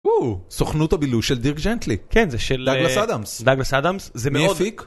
או סוכנות הבילוש של דירק ג'נטלי, כן זה של דגלס אדאמס, דגלס אדאמס, זה מאוד... מי הפיק?